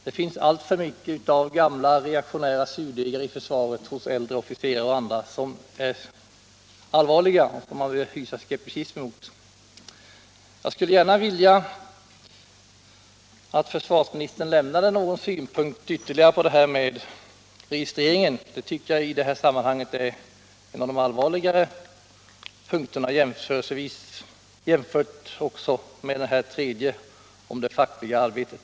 Det finns alltför mycket av gamla reaktionära surdegar i försvaret hos äldre officerare och andra, vilket är allvarligt och något som man bör hysa skepsis mot. Jag skulle gärna vilja att försvarsministern anförde någon synpunkt ytterligare på detta med registreringen. Det tycker jag i detta sammanhang är en av de allvarligaste punkterna, jämfört också med den tredje punkten om det fackliga arbetet.